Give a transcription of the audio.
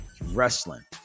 wrestling